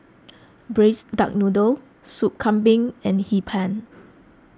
Braised Duck Noodle Sop Kambing and Hee Pan